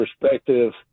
perspective